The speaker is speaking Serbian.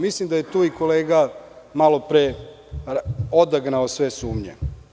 Mislim da je tu i kolega malo pre odagnao sve sumnje.